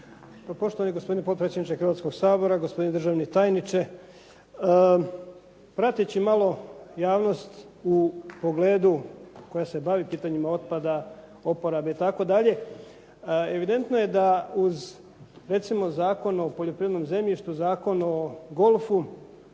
Poštovani potpredsjedniče Hrvatskoga sabora, gospodine državni tajniče. Prateći malo javnost u pogledu koja se bavi pitanjima otpada, oporabe itd. evidentno je da uz recimo Zakon o poljoprivrednom zemljištu, Zakon o golfu